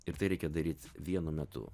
ir tai reikia daryt vienu metu